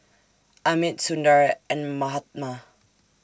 Amit Sundar and Mahatma